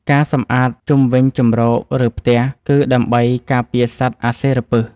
ការសម្អាតជុំវិញជម្រក ឬផ្ទះ គឺដើម្បីការពារសត្វអាសិរពិស។